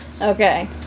Okay